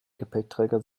gepäckträger